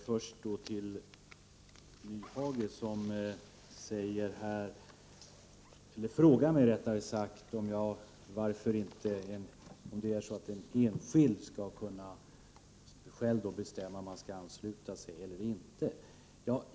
Herr talman! Först vänder jag mig till Hans Nyhage, som frågade mig om en enskild själv skall kunna bestämma om han skall ansluta sig eller inte.